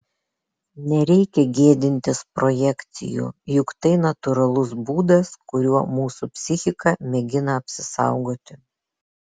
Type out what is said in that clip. nereikia gėdintis projekcijų juk tai natūralus būdas kuriuo mūsų psichika mėgina apsisaugoti